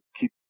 keep